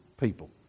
people